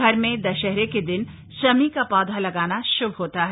घर में दशहरे के दिन शमी का पौधा लगाना शभ होता है